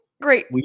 Great